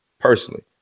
Personally